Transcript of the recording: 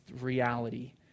reality